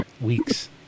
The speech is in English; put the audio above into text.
weeks